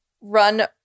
run